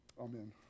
amen